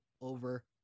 over